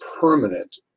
permanent